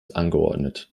angeordnet